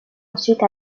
ensuite